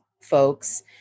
folks